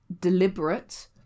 deliberate